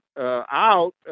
out